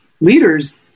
leaders